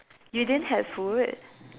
you didn't had food